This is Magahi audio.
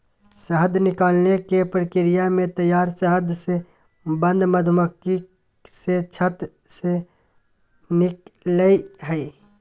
शहद निकालने के प्रक्रिया में तैयार शहद से बंद मधुमक्खी से छत्त से निकलैय हइ